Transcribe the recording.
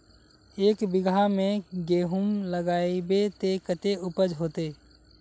एक बिगहा में गेहूम लगाइबे ते कते उपज होते?